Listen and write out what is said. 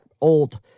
old